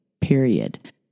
period